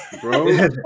Bro